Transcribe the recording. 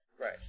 Right